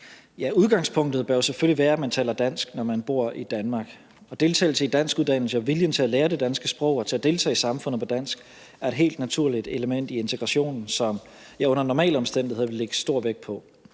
Udgangspunktet bør jo selvfølgelig være, at man taler dansk, når man bor i Danmark. Og deltagelse i danskuddannelse og viljen til at lære det danske sprog og til at deltage i samfundet på dansk er et helt naturligt element i integrationen, som jeg under normale omstændigheder ville lægge stor vægt på.